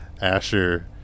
Asher